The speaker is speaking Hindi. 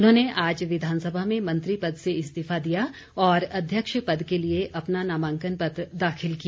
उन्होंने आज विधानसभा में मंत्री पद से इस्तीफा दिया और अध्यक्ष पद के लिए अपना नामांकन पत्र दाखिल किया